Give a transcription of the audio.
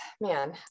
man